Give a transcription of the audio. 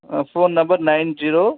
phone number nine zero